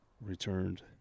returned